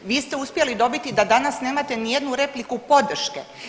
Vi ste uspjeli dobiti da danas nemate ni jednu repliku podrške.